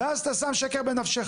ואז אתה שם שקר בנפשך.